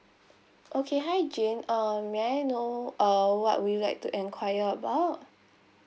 okay hi jane uh may I know uh what would you like to enquire about how